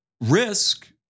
risk